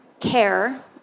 Care